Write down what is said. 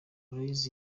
aloys